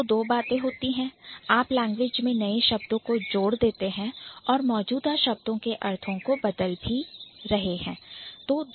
तो दो बातें हैं आप language में नए शब्दों को जोड़ रहे हैं और मौजूदा शब्दों के अर्थ को बदल भी रहे हैं